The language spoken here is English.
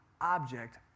object